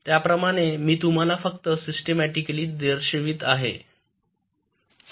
त्याप्रमाणे मी तुम्हाला फक्त सिस्टिमॅटिकली दर्शवित आहे